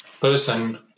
person